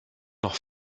noch